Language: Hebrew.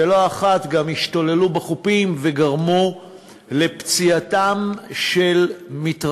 ולא אחת גם השתוללו בחופים וגרמו לפציעת מתרחצים.